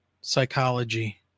psychology